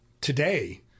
today